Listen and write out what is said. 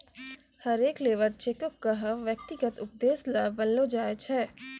हरेक लेबर चेको क व्यक्तिगत उद्देश्य ल बनैलो जाय छै